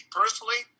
personally